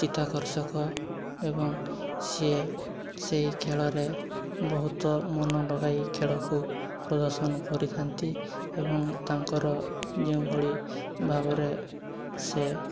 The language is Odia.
ଚିତ୍ତାକର୍ଷକ ଏବଂ ସିଏ ସେଇ ଖେଳରେ ବହୁତ ମନ ଲଗାଇ ଖେଳକୁ ପ୍ରଦର୍ଶନ କରିଥାନ୍ତି ଏବଂ ତାଙ୍କର ଯେଉଁଭଳି ଭାବରେ ସେ